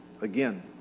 again